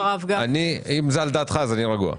אם זה על דעתך, אני רגוע.